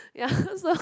yeah so